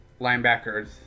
linebackers